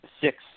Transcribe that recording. six